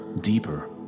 deeper